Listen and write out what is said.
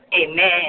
Amen